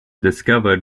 discovered